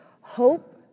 Hope